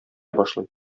башлый